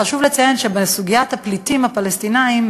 חשוב לציין שבסוגיית הפליטים הפלסטינים,